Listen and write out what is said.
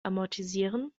amortisieren